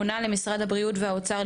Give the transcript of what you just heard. לכן פונה למשרד הבריאות ולמשרד האוצר,